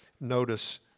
Notice